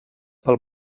pel